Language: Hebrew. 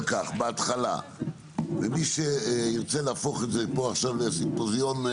כך בהתחלה ומי שירצה להפוך את זה פה עכשיו לסימפוזיון.